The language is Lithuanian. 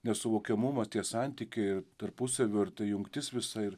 nesuvokiamumas tie santykiai ir tarpusavio ir ta jungtis visa ir